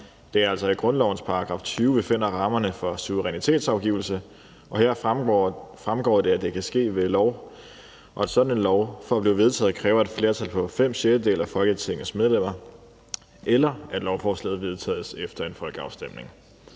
Det er altså i grundlovens § 20, vi finder rammerne for suverænitetsafgivelse, og her fremgår det, at det kan ske ved lov, og at sådan en lov for at blive vedtaget kræver et flertal på fem sjettedele af Folketingets medlemmer, eller at lovforslaget vedtages efter en folkeafstemning.